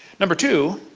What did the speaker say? number two,